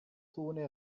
zone